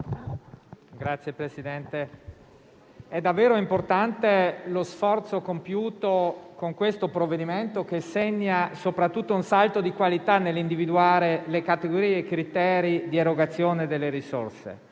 Signor Presidente, è davvero importante lo sforzo compiuto con il provvedimento in esame, che segna soprattutto un salto di qualità nell'individuare le categorie e i criteri di erogazione delle risorse.